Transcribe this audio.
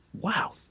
wow